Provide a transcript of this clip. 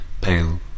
pale